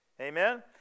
Amen